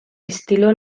estilo